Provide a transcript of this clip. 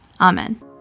Amen